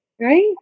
right